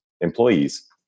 employees